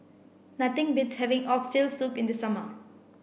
nothing beats having oxtail soup in the summer